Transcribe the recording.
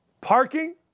parking